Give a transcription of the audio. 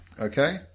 Okay